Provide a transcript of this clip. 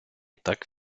так